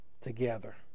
together